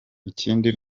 ikindi